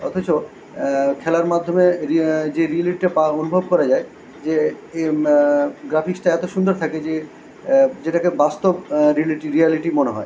অথচ খেলার মাধ্যমে রি যে রিয়্যালিটিটা পাও অনুভব করা যায় যে এ গ্রাফিক্সটা এত সুন্দর থাকে যে যেটাকে বাস্তব রিয়্যালিটি রিয়্যালিটি মনে হয়